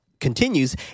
continues